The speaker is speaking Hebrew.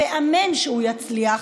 ואמן שהוא יצליח,